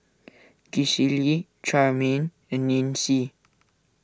Gisele Charmaine and Nancy